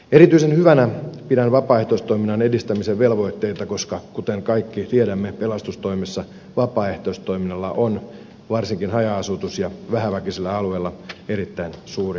erityisen hyvänä pidän vapaaehtoistoiminnan edistämisen velvoitteita koska kuten kaikki tiedämme pelastustoimessa vapaaehtoistoiminnalla on varsinkin haja asutus ja vähäväkisillä alueilla erittäin suuri merkitys